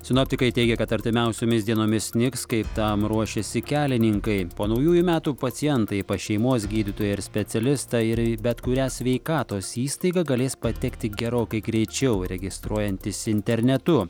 sinoptikai teigia kad artimiausiomis dienomis snigs kaip tam ruošiasi kelininkai po naujųjų metų pacientai pas šeimos gydytoją ir specialistą ir į bet kurią sveikatos įstaigą galės patekti gerokai greičiau registruojantis internetu